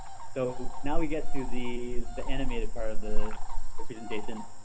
so now we get to the the animated part of the the presentation.